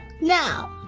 Now